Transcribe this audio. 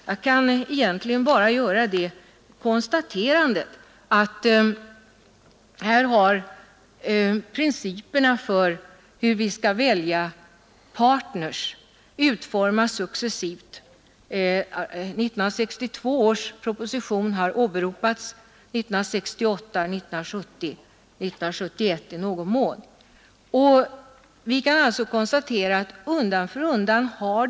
Jag kan egentligen nöja mig med att konstatera att principerna för hur vi skall välja partners har utformats successivt. Propositionerna från 1962, 1968, 1970 och i någon mån 1971 har åberopats.